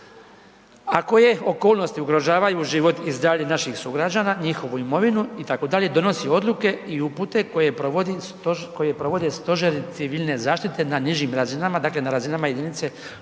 koje okolnosti ugrožavaju život i zdravlje naših sugrađana, njihovu imovinu itd., donosi odluke i upute koje provodi stožer, koje provode Stožeri civilne zaštite na nižim razinama, dakle na razinama jedinice lokalne